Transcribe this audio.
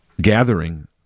gathering